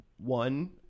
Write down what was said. one